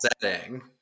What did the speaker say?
setting